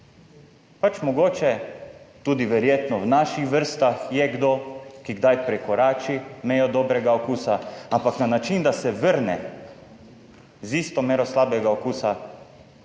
Mogoče tudi verjetno v naših vrstah je kdo, ki kdaj prekorači mejo dobrega okusa, ampak na način, da se vrne z isto mero slabega okusa